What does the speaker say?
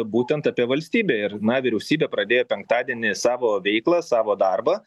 būtent apie valstybę ir na vyriausybė pradėjo penktadienį savo veiklą savo darbą